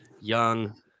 young